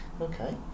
Okay